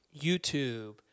YouTube